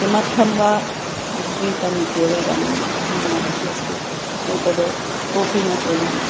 किमर्थं वा क्रीतम् इत्येव इदानीं मनसि अस्ति एतद् कोऽपि न क्रीणन्तु